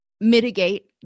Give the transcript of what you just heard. mitigate